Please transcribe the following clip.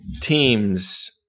teams